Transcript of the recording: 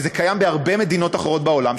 וזה קיים בהרבה מדינות אחרות בעולם,